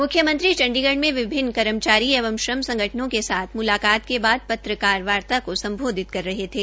मुख्यमंत्री चण्डीगढ में विभिन्न कर्मचारी एवं श्रम संगठनों के साथ मुलाकात के बाद पत्रकार वार्ता को संबोधित कर रहे थे